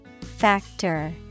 Factor